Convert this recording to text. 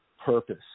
purpose